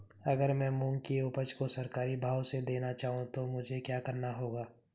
अगर मैं मूंग की उपज को सरकारी भाव से देना चाहूँ तो मुझे क्या करना होगा?